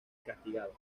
castigados